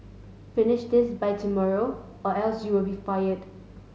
finish this by tomorrow or else you'll be fired